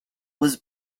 was